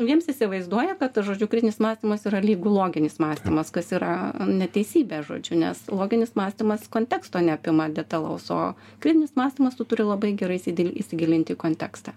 jiems įsivaizduoja kad žodžiu kritinis mąstymas yra lygu loginis mąstymas kas yra neteisybė žodžiu nes loginis mąstymas konteksto neapima detalaus o kritinis mąstymas tu turi labai gerai įsidil įsigilint į kontekstą